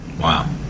Wow